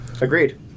Agreed